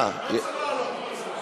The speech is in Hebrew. אתה לא צריך לעלות.